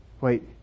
Wait